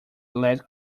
led